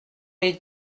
les